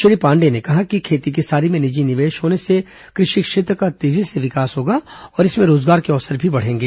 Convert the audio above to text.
श्री पांडेय ने कहा कि खेती किसानी में निजी निवेश होने से कृषि क्षेत्र का तेजी से विकास होगा और इसमें रोजगार के अवसर भी बढ़ेंगे